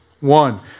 One